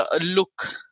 look